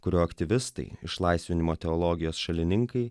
kurio aktyvistai išlaisvinimo teologijos šalininkai